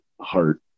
heart